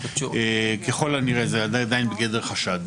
ככל הנראה, זה עדיין בגדר חשד.